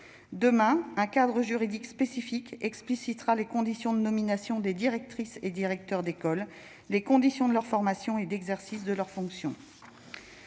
Demain, un cadre juridique spécifique explicitera les conditions applicables à la nomination des directrices et directeurs d'école, ainsi qu'à leur formation et à l'exercice de leur fonction.